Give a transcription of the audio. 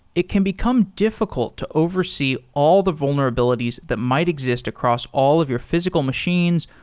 it can become diffi cult to oversee all the vulnerabilities that might exist across all of your physical machines,